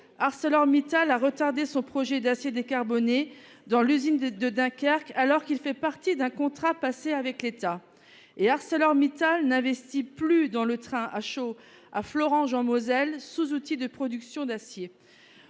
Arcelor Mittal a retardé son projet d'acier décarboné dans l'usine de Dunkerque alors qu'il fait partie d'un contrat passé avec l'Etat. Et Arcelor Mittal n'investit plus dans le train à florent Jean Mauzel sous outil de production d'acier.